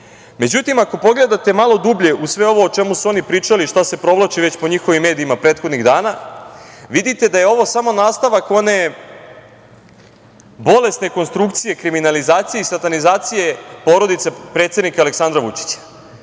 dešava.Međutim, ako pogledate malo dublje u sve ovo o čemu su oni pričali, šta se provlači već po njihovim medijima prethodnih dana, vidite da je ovo samo nastavak one bolesne konstrukcije kriminalizacije i satanizacije porodice predsednika Aleksandra Vučića.